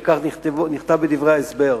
וכך נכתב בדברי ההסבר,